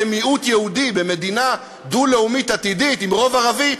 כמיעוט יהודי במדינה דו-לאומית עתידית עם רוב ערבי,